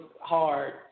hard